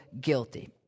guilty